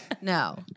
no